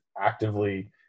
actively